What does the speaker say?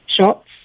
shots